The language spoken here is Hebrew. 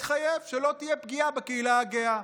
שבהן הוא התחייב שלא תהיה פגיעה בקהילה הגאה.